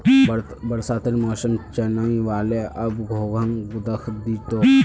बरसातेर मौसम चनइ व ले, अब घोंघा दखा दी तोक